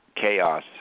chaos